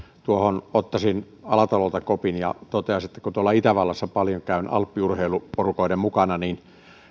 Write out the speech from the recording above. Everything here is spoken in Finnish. tuohon ottaisin alatalolta kopin ja toteaisin että kun tuolla itävallassa paljon käyn alppiurheiluporukoiden mukana niin